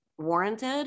warranted